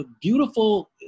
beautiful